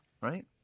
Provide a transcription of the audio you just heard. right